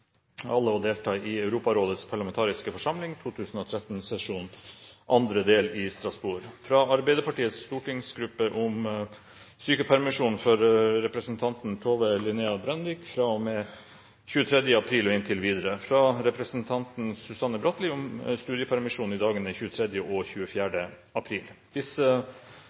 alle for å delta i Europarådets parlamentariske forsamlings 2013-sesjon, andre del, i Strasbourg fra Arbeiderpartiets stortingsgruppe om sykepermisjon for representanten Tove Linnea Brandvik fra og med 23. april og inntil videre fra representanten Susanne Bratli om studiepermisjon i dagene 23. og 24. april